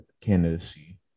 candidacy